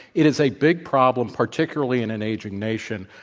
it is a big problem, particularly in an aging nation.